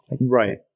right